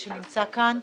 שנמצא כאן,